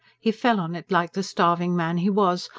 he fell on it like the starving man he was,